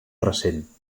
recent